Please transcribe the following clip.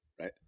right